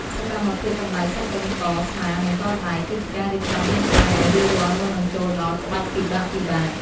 សកម្មភាពកម្តៅសាច់ដុំក ស្មា និងកដៃ គឺជាការរៀបចំរាងកាយឱ្យរួចរាល់មុននឹងចូលដល់ក្បាច់ពិបាកៗ។